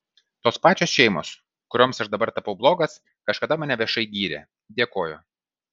tos pačios šeimos kurioms aš dabar tapau blogas kažkada mane viešai gyrė dėkojo